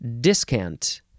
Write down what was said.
discant